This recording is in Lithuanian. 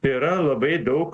yra labai daug